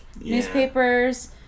Newspapers